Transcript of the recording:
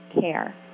care